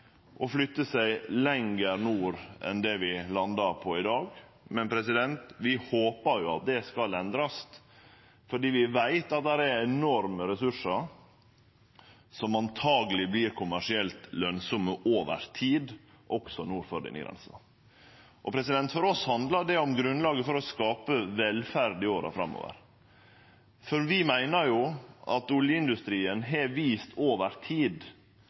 å flytte seg lenger nord enn det vi landar på i dag, men vi håpar jo at det skal endrast, fordi vi veit at det er enorme ressursar som antakeleg vert kommersielt lønsame over tid også nord for denne grensa. For oss handlar det om grunnlaget for å skape velferd i åra framover. Vi meiner at oljeindustrien har vist over tid